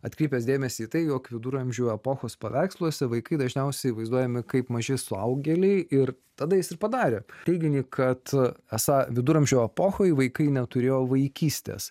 atkreipęs dėmesį į tai jog viduramžių epochos paveiksluose vaikai dažniausiai vaizduojami kaip maži suaugėliai ir tada jis ir padarė teiginį kad esą viduramžių epochoje vaikai neturėjo vaikystės